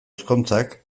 ezkontzak